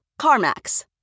CarMax